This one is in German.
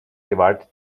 gewalt